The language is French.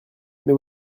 mais